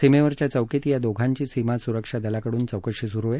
सीमेवरच्या चौकीत या दोघांची सीमा सुरक्षा दलाकडून चौकशी सुरु आहे